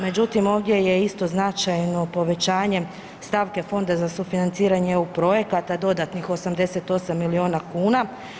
Međutim ovdje je isto značajno povećanje stavke Fonda za sufinanciranje eu projekata dodatnih 88 milijuna kuna.